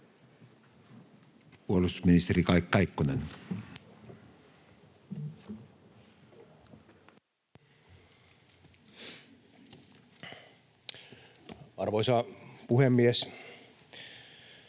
puolustusministeri Kaikkonen: onko Suomi